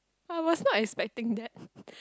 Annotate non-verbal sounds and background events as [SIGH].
I was not expecting that [BREATH]